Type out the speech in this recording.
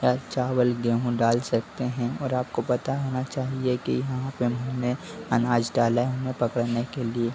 या चावल गेहूँ डाल सकते हैं और आपको पता होना चाहिए कि यहाँ पर मैंने अनाज डाला है उन्हें पकड़ने के लिए